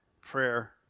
prayer